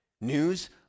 news